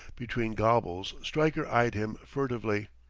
between gobbles stryker eyed him furtively.